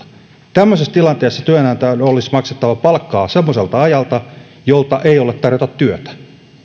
tämmöisessä tilanteessa työnantajan olisi maksettava palkkaa semmoiselta ajalta jolta ei ole tarjota työtä